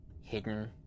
hidden